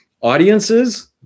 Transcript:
audiences